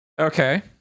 okay